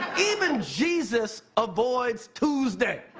even jesus avoids tuesday.